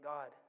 God